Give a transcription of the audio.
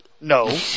No